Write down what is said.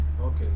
Okay